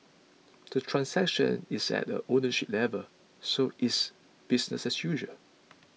the transaction is at the ownership level so it's business as usual